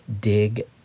dig